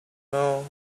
know